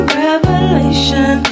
revelation